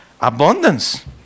abundance